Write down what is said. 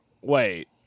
wait